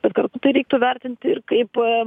bet kartu tai reiktų vertinti ir kaip